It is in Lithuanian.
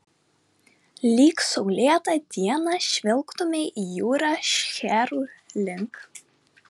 lyg saulėtą dieną žvelgtumei į jūrą šcherų link